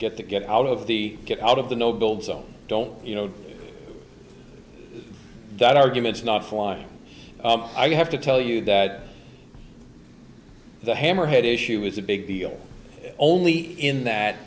get the get out of the get out of the no build zone don't you know that argument is not flying i have to tell you that the hammerhead issue was a big deal only in that